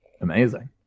amazing